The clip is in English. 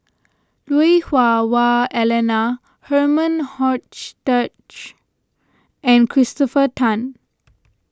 Lui Hah Wah Elena Herman Hochstadt and Christopher Tan